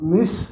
Miss